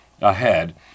ahead